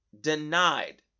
denied